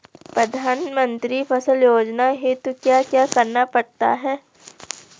प्रधानमंत्री फसल योजना हेतु क्या क्या करना पड़ता है?